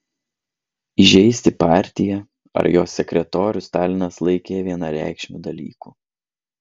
įžeisti partiją ar jos sekretorių stalinas laikė vienareikšmiu dalyku